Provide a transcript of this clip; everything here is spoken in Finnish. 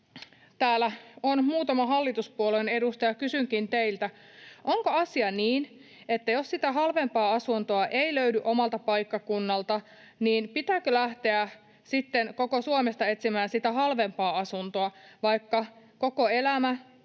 Täällä on muutama hallituspuolueen edustaja. Kysynkin teiltä: Onko asia niin, että jos sitä halvempaa asuntoa ei löydy omalta paikkakunnalta, niin pitääkö lähteä sitten koko Suomesta etsimään sitä halvempaa asuntoa, vaikka koko elämä,